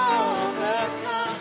overcome